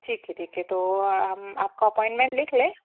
ठीक है ठीक है तो हम आपका अपॉइंटमेंट लिख लें